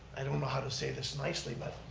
i don't know how to say this nicely but